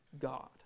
God